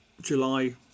July